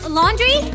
laundry